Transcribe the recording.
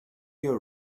your